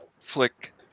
Flick